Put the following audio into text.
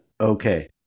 okay